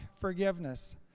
forgiveness